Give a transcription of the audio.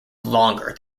longer